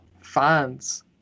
fans